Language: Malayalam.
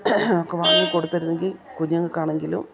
ഒക്കെ വാങ്ങി കൊടുത്തിരുന്നെങ്കിൽ കുഞ്ഞുങ്ങൾക്കാണെങ്കിലും